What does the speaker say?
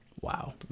wow